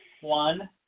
One